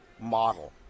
model